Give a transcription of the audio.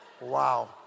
Wow